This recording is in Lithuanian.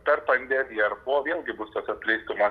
per pandemiją ar po vėlgi bus toks apleistumas